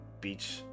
beach